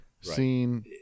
seen